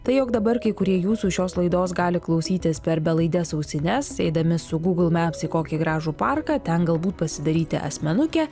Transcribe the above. tai jog dabar kai kurie jūsų šios laidos gali klausytis per belaides ausines eidami su google maps į kokį gražų parką ten galbūt pasidaryti asmenukę